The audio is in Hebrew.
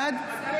בעד דן